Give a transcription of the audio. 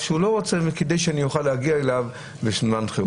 שלא רוצה כדי שאוכל להגיע אליו בזמן חירום.